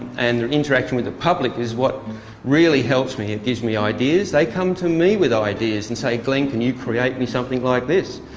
and interaction with the public is what really helps me, it gives me ideas. they come to me with ideas and say, glen can you create me something like this.